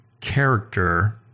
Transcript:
character